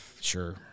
Sure